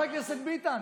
חבר הכנסת ביטן.